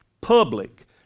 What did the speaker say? public